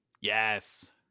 Yes